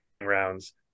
rounds